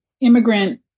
immigrant